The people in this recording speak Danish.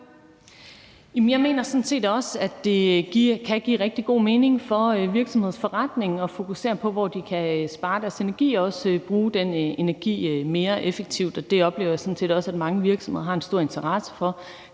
Jeg mener sådan set også, at det kan give rigtig god mening for en virksomheds forretning at fokusere på, hvor de kan spare deres energi og også bruge den energi mere effektivt, og det oplever jeg også at mange virksomheder har en stor interesse for.